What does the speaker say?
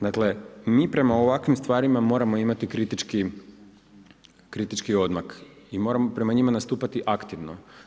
Dakle mi prema ovakvim stvarima moramo imati kritički odmak i moramo prema njima nastupati aktivno.